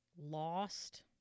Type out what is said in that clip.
lost